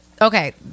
Okay